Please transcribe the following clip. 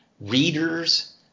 readers